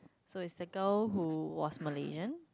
so it's the girl who was Malaysian